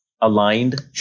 aligned